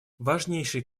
важнейший